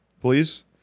please